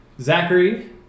Zachary